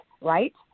Right